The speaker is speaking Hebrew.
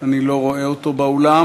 אני לא רואה אותו באולם.